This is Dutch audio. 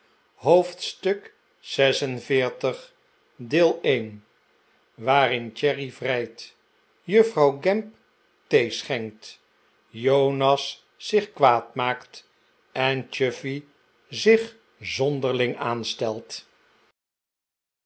hoofdstuk xl vi waarin cherry vrijt juffrouw gamp thee schenkt jonas zich kwaad maakt en chuffey zich zonderling aanstelt